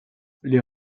les